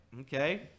Okay